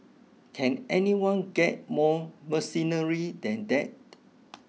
can anyone get more mercenary than that